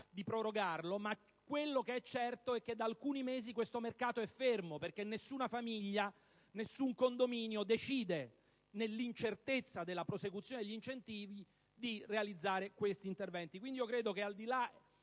di prorogarlo, ma ciò che è certo è che da alcuni mesi questo mercato è fermo. Infatti, nessuna famiglia e nessun condominio decidono, nell'incertezza della prosecuzione degli incentivi, di realizzare questi interventi. Credo quindi che, al di là